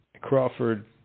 Crawford